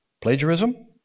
plagiarism